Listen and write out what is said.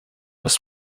was